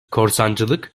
korsancılık